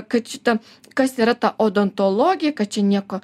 kad šita kas yra ta odontologė kad čia nieko